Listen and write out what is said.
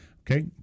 Okay